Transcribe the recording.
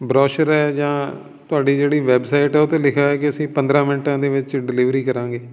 brochure ਹੈ ਜਾਂ ਤੁਹਾਡੀ ਜਿਹੜੀ ਵੈਬਸਾਈਟ ਹੈ ਉਹਤੇ ਲਿਖਿਆ ਹੋਇਆ ਕਿ ਅਸੀਂ ਪੰਦਰ੍ਹਾਂ ਮਿੰਟਾਂ ਦੇ ਵਿੱਚ ਡਿਲੀਵਰੀ ਕਰਾਂਗੇ